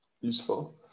Useful